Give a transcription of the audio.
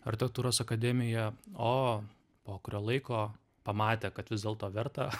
architektūros akademiją o po kurio laiko pamatė kad vis dėlto verta